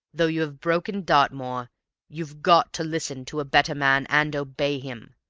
though you have broken dartmoor you've got to listen to a better man, and obey him.